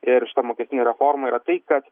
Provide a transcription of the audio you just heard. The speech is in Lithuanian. ir šita mokestine reforma yra tai kad